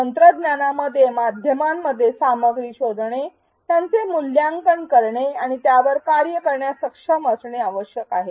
तंत्रज्ञानाद्वारे माध्यमांमध्ये सामग्री शोधणे त्यांचे मूल्यांकन करणे आणि त्यावर कार्य करण्यास सक्षम असणे आवश्यक आहे